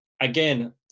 again